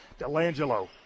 DelAngelo